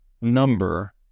number